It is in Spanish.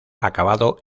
acabado